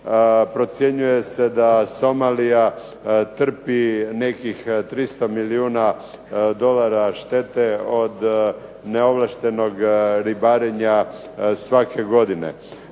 procjenjuje se da Somalija trpi nekih 300 milijuna dolara štete od neovlaštenog ribarenja svake godine.